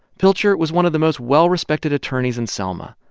pilcher was one of the most well-respected attorneys in selma.